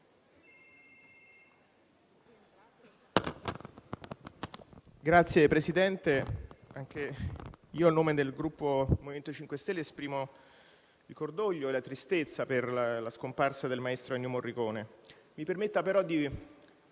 Signor Presidente, anche io a nome del Gruppo MoVimento 5 Stelle esprimo cordoglio e tristezza per la scomparsa del maestro Ennio Morricone. Mi permetta però anche